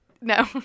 No